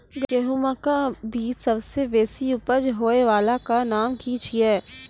गेहूँमक बीज सबसे बेसी उपज होय वालाक नाम की छियै?